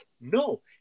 No